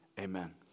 amen